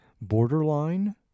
borderline